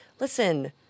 Listen